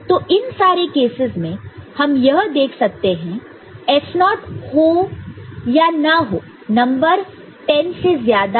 तो इन सारे केसेस में हम यह देख सकते हैं S0 नॉट् naught हो या ना हो नंबर 10 से ज्यादा या 10 हो सकता है